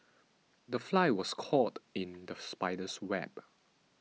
the fly was caught in the spider's web